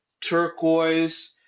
turquoise